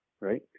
Right